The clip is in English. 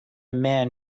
man